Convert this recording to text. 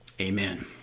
amen